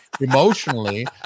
emotionally